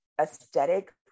aesthetic